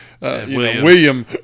William